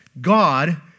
God